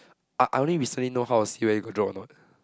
I I only recently know how to see whether you got drop or not